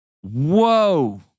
whoa